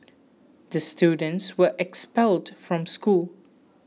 the students were expelled from school